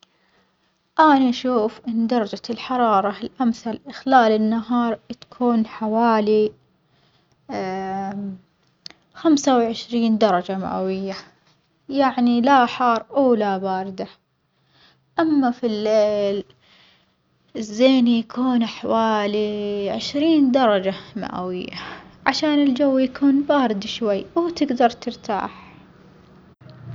أنا أشوف إن درجة الحرارة الأمثل خلال النهار بتكون حوالي خمسة وعشرين درجة مئوية، يعني لا حار ولا باردة أما في الليل الزين يكون حوالي عشرين درجة مئوية عشان الجو يكون بارد شوية وتجدر ترتاح.